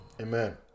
Amen